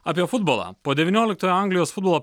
apie futbolą po devynioliktojo anglijos futbolo